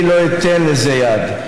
אני לא אתן לזה יד.